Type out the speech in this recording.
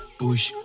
push